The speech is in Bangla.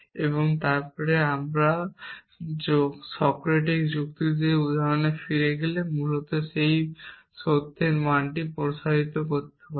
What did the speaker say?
এবং তারপরে আমরা সক্রেটিসের যুক্তি দিয়ে শুরু করা উদাহরণে ফিরে গেলে মূলত সেই সত্যের মানটি প্রসারিত করতে পারি